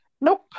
Nope